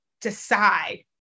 decide